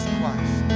Christ